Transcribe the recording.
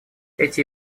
эти